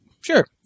Sure